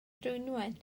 dwynwen